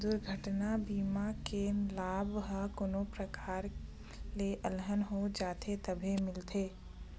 दुरघटना बीमा के लाभ ह कोनो परकार ले अलहन हो जाथे तभे मिलथे